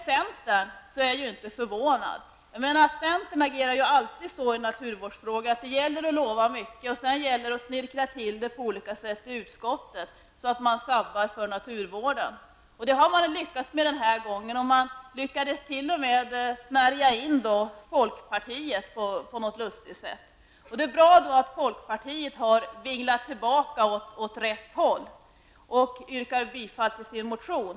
Centern är jag inte förvånad över. Centern agerar alltid så i naturvårdsfrågor att man lovar mycket och sedan snirklar till det på olika sätt i utskottet, så att man sabbar för naturvården. Det har man lyckats med den här gången också, och man har t.o.m. lyckats snärja in folkpartiet på något lustigt sätt. Det är bra då att folkpartiet har vinglat tillbaka åt rätt håll och yrkar bifall till sin motion.